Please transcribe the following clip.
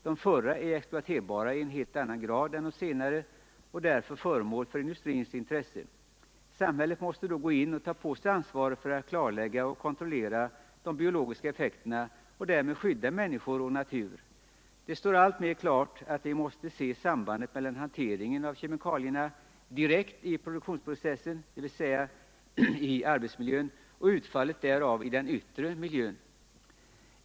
De förra är exploaterbara i en helt annan grad än de senare och därför föremål för industrins intresse. Samhället måste då gå in och ta på sig ansvaret för att klarlägga och kontrollera de biologiska effekterna och därmed skydda människor och natur. Det står alltmer klart att vi måste se sambandet mellan hanteringen av kemikalierna direkt i produktionsprocessen, dvs. i arbetsmiljön, och utfallet därav i den yttre miljön.